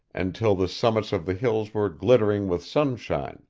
and till the summits of the hills were glittering with sunshine